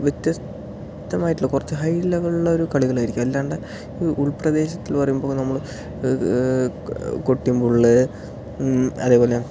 വ്യത്യസ്തമായിട്ടുള്ള കുറച്ച് ഹൈ ലെവലുള്ള ഒരു കളികളായിരിക്കും അല്ലാണ്ട് ഈ ഉൾപ്രദേശത്ത് എന്ന് പറയുമ്പോൾ നമ്മൾ കുട്ടിയും മുള്ള് അതേപോലെ